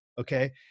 Okay